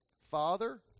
Father